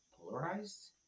polarized